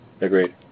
Agreed